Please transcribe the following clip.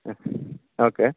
ಹಾಂ ಓಕೆ